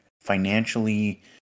financially